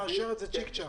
נאשר את זה צ'יק-צ'ק,